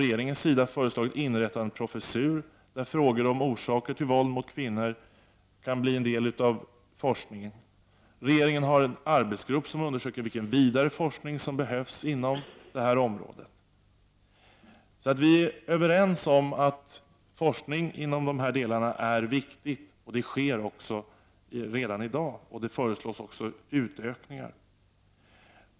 Regeringen har föreslagit inrättande av en professur där frågor om orsaker till våld mot kvinnor kan bli en del av forskningen. Regeringen har också tillsatt en arbetsgrupp som undersöker vilken ytterligare forskning som behövs på området. Vi är överens om att sådan forskning är viktig. Den äger alltså rum redan i dag och föreslås bli utökad.